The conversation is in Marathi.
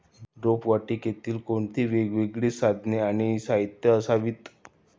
रोपवाटिकेत कोणती वेगवेगळी साधने आणि साहित्य असावीत?